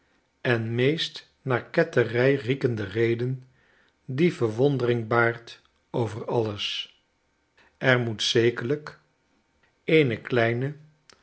en meest naar ketterij riekende reden die verwondering baart over alles er moet zekerlyk eene kleine